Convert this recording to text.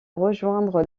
rejoindre